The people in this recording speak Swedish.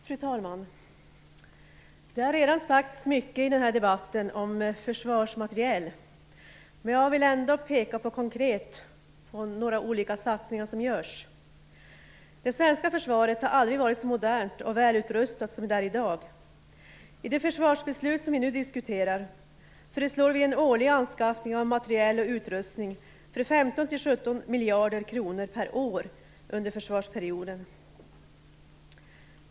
Fru talman! Det har redan sagts mycket om försvarsmateriel i den här debatten. Jag vill ändå konkret peka på några olika satsningar som görs. Det svenska försvaret har aldrig varit så modernt och välutrustat som det är i dag. I det försvarsbeslut vi nu diskuterar föreslår Socialdemokraterna en årlig anskaffning av materiel och utrustning för 15-17 miljarder kronor per år under försvarsperioden.